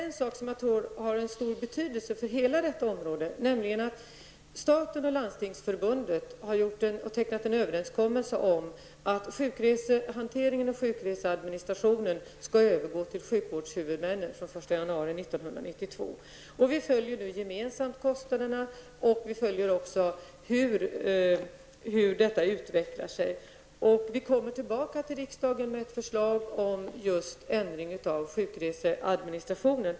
En sak som jag tror har stor betydelse för hela detta område är att staten och Landstingsförbundet har tecknat en överenskommelse om att sjukresehanteringen och sjukreseadministrationen skall övergå till sjukvårdshuvudmännen fr.o.m. den 1 januari 1992. Vi följer gemensamt kostnaderna och hur detta utvecklar sig. Vi återkommer till riksdagen med ett förslag om ändring av sjukreseadministrationen.